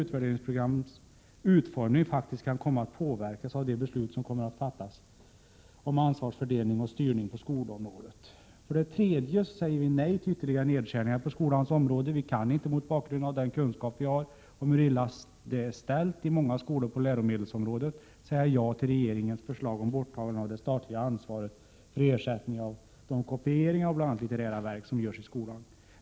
Utvärderingsprogrammens utformning kan komma att påverkas av de beslut som senare fattas rörande ansvarsfördelning och styrning på skolområdet. För det tredje säger vi nej till ytterligare nedskärningar på skolans område. Med den kunskap vi har om hur illa det är ställt på läromedelsområdet i många skolor kan vi inte säga ja till regeringens förslag om borttagande av det statliga ansvaret för ersättning av de kopieringar av bl.a. litterära verk som sker i skolan.